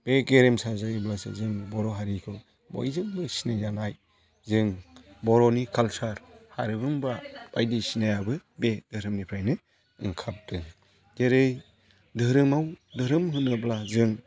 बे गेरेमसा जायोब्लासो जोंनि बर' हारिखौ बयजोंबो सिनायजानाय जों बर'नि कालसार हारिमु एबा बायदिसिनायाबो बे धोरोमनिफ्रायनो ओंखारदों जेरै धोरोमाव धोरोम होनोब्ला जों